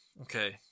okay